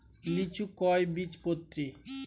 লিচু কয় বীজপত্রী?